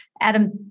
Adam